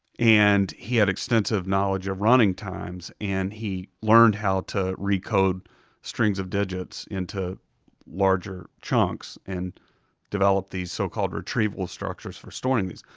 and he had extensive knowledge of running times, and he learned how to recode strings of digits into larger chunks and develop these so-called retrieval structures for storing these.